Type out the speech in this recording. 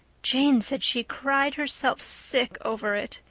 jane said she cried herself sick over it.